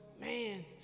man